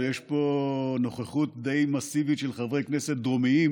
שיש פה נוכחות די מסיבית של חברי כנסת דרומיים